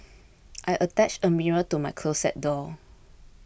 I attached a mirror to my closet door